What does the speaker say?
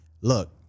look